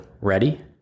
ready